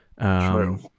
True